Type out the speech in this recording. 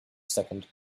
second